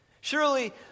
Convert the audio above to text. Surely